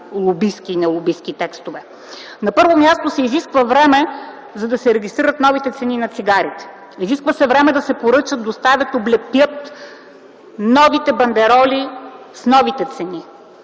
лобистки или нелобистки текстове. На първо място се изисква време, за да се регистрират новите цени на цигарите, изисква се време да се поръчат, доставят и облепят новите бандероли с новите цени.